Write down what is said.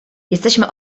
jesteśmy